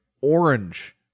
orange